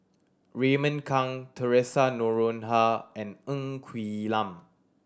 Raymond Kang Theresa Noronha and Ng Quee Lam